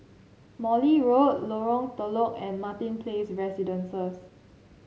Morley Road Lorong Telok and Martin Place Residences